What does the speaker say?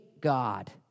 God